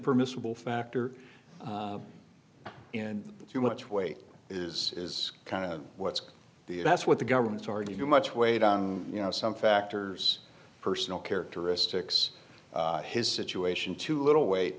impermissible factor in to much weight is is kind of what's the that's what the government's already knew much weight on you know some factors personal characteristics his situation too little weight